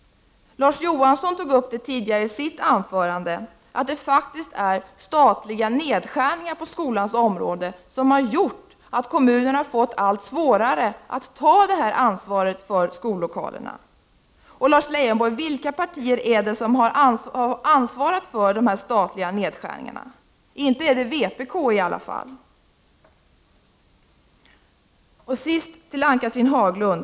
Larz Johansson sade i sitt anförande att det faktiskt är statliga nedskärningar på skolans områden som gjort att kommunerna har fått allt svårare att ta ansvaret för skollokalerna. Och, Lars Leijonborg, vilka partier är det som bär ansvaret för dessa statliga nedskärningar? Inte är det vpk i alla fall. Till sist till Ann-Cathrine Haglund!